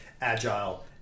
agile